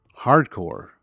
hardcore